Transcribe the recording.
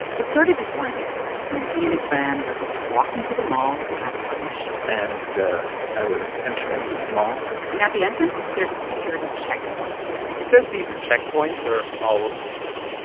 it started this one day when he and his friend were just walking to the mall to have lunch and i was entering this mall and at the entrance, there's a security checkpoint he says these checkpoints are all over the place.